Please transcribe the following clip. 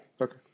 Okay